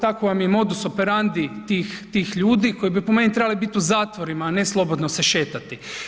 Tako vam je modus operandi tih ljudi koji bi po meni trebali biti u zatvorima, a ne slobodno se šetati.